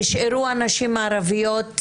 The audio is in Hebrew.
נשארו הנשים הערביות,